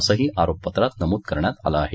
असंही आरोपपत्रात नमूद करण्यात आलं आहे